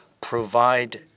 provide